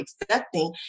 accepting